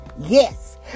Yes